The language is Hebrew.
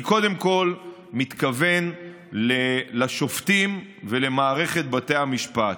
אני קודם כול מתכוון לשופטים ולמערכת בתי המשפט.